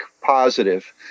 positive